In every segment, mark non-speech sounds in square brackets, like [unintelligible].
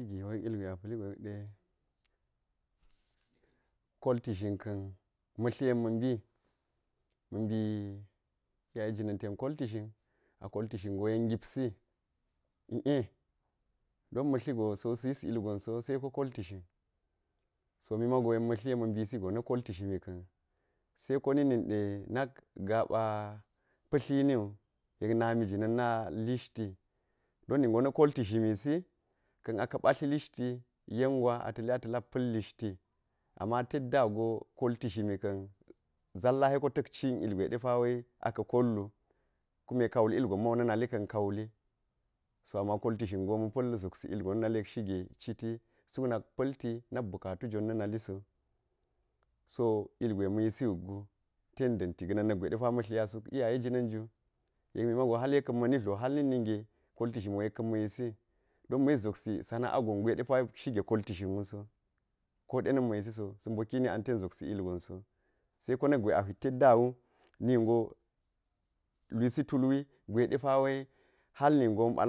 [unintelligible] kolti zhin kgu ma̱tli yek ma̱bi, ma̱bi iyaye jini ta kolti zhina kolti zhin ge yek ngip si l'e don ma̱ tligo so sa̱ yis ilgonso seko kolti zhin, so mi mago tli yek ma̱ mbisi go na̱ kolti zhimi ka̱n se ko na̱k nin di nak gaa ƃa pa̱tliniwu yek nami jinin na lishti don ningo na̱ kolti zhimisi ka̱n a ka̱ ba̱tl lishti yen gwa ata̱ li a ta̱ lak pa̱l lishti ama teddago kotli zhimi ka̱n [hesitation] zalla seko ta̱ncin ilgwe depawe aka̱ kollu, kume ka wul llgon mau na̱nali ka̱n ka̱ wuli. so ama kolti zhin ma̱ pa̱l llgn na̱ nali yek shige citi suk nak pa̱lti nak buka tu jwon na̱ nalisoi so ilgwe ma̱ yisi wuggu ten da̱nti ga̱na̱n na̱kgwe de pa ma̱ tlinya suk iyaye jina̱nju yek mi mago hal yek ma̱ni dlo hal na̱k ninge kolti zhimi wo yek ka̱r ma̱ yisi don ma yis zopsi sanaa gon gwe depawo shige kolti zhimi wu so ko de na̱m ma̱ yisi so, sa̱ mboki ni an ten zopsi ilgon so se ko na̱k gwe a hwit dedda wu ningo lwisi tulwi gwe depawe hal ningo [hesitation] ma̱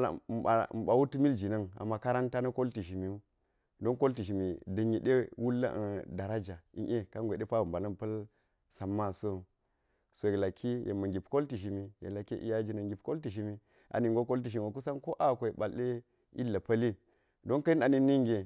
ba wut miljina̱m a makaran na̱ kolti zhmi wu don kolh zhimi da̱nya̱ dē wul [hesitation] daraja l'e kangwe depa bi mbala̱n pa̱l samma so wu. So yek laki yek ma̱ ngip kolti zhinu yek laki yek iyaye jina̱n rigip kolti zhimi a ningo kolti zhin wo kusen ko a ako yek balɗe ilga̱ pa̱li don ka̱ni ɗa na̱k ninge